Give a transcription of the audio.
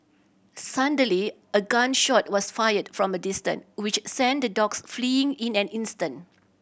suddenly a gun shot was fired from a distance which sent the dogs fleeing in an instant